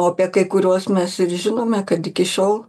o apie kai kuriuos mes ir žinome kad iki šiol